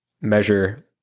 measure